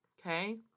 Okay